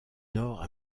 nord